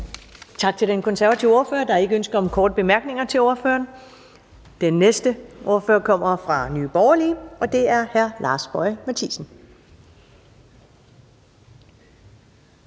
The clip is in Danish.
Tak til den konservative ordfører. Der er ikke ønske om korte bemærkninger til ordføreren. Den næste ordfører kommer fra Nye Borgerlige, og det er hr. Lars Boje Mathiesen.